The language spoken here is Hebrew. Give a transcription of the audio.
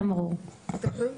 כן.